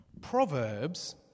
Proverbs